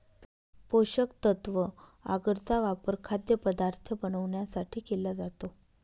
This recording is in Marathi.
पोषकतत्व आगर चा वापर खाद्यपदार्थ बनवण्यासाठी केला जातो